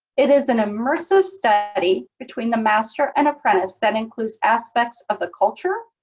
it is an immersive study between the master and apprentice that includes aspects of the culture,